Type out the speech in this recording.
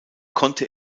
konnte